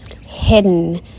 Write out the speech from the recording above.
hidden